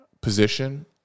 position